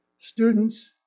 students